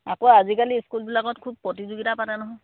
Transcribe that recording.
আকৌ আজিকালি স্কুলবিলাকত খুব প্ৰতিযোগিতা পাতে নহয়